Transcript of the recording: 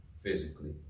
physically